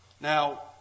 Now